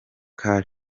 car